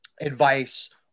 advice